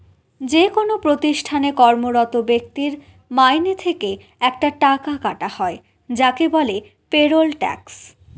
যেকোনো প্রতিষ্ঠানে কর্মরত ব্যক্তির মাইনে থেকে একটা টাকা কাটা হয় যাকে বলে পেরোল ট্যাক্স